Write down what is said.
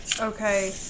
Okay